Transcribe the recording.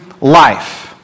life